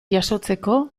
jasotzeko